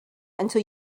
until